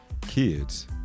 kids